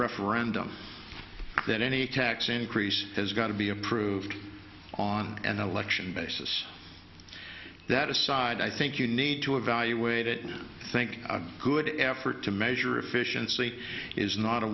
referendum that any tax increase has got to be approved on an election basis that aside i think you need to evaluate it i think a good effort to measure efficiency is not